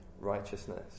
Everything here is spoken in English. righteousness